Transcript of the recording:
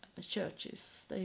churches